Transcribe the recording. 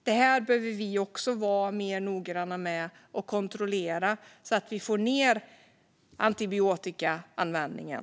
Det här behöver vi vara mer noggranna med och kontrollera så att vi får ned antibiotikaanvändningen.